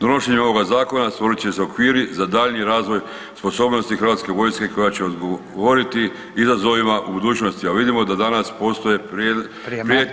Donošenjem ovoga zakona stvorit će se okviri za daljnji razvoj sposobnosti HV-a koja će odgovoriti izazovima u budućnosti, a vidimo da danas postoje prijetnje